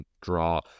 draw